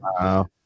wow